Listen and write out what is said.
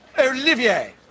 Olivier